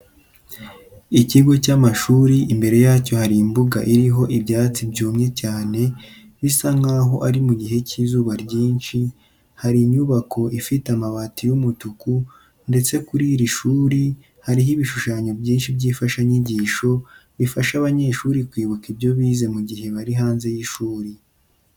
Ikigo cy'amashuri, imbere yacyo hari imbuga iriho ibyatsi byumye cyane bisa nk'aho ari mu gihe cy'izuba ryinshi, hari inyubako ifite amabati y'umutuku, ndetse kuri iri shuri hariho ibishushanyo byinshi by'imfashanyigisho bifasha abanyeshuri kwibuka ibyo bize mugihe bari hanze y'ishuri.